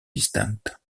distinctes